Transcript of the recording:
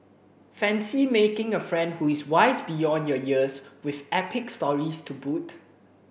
fancy making a friend who is wise beyond your years with epic stories to boot